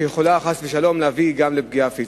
שיכולה חס ושלום להביא גם לפגיעה פיזית.